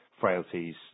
frailties